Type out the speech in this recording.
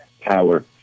power